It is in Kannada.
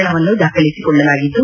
ಪ್ರಕರಣವನ್ನು ದಾಖಲಿಸಿಕೊಳ್ಳಲಾಗಿದ್ದು